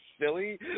silly